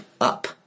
up